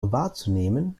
wahrzunehmen